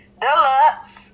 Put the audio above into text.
Deluxe